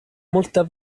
molta